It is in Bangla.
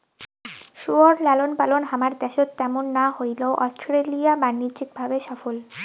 শুয়োর লালনপালন হামার দ্যাশত ত্যামুন না হইলেও অস্ট্রেলিয়া বাণিজ্যিক ভাবে সফল